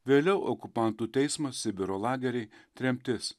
vėliau okupantų teismas sibiro lageriai tremtis